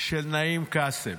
של נעים קאסם.